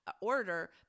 Order